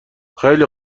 خیلی